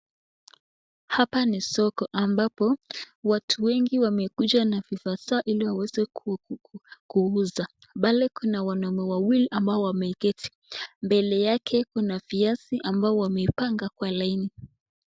Hapa ni soko ambapo watu wengi wamekuja na vifaa zao ili waweze kuuza. Pale kuna wanaume wawili ambao wameketi. Mbele yake kuna viazi ambao wamepanga kwa laini.